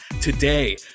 Today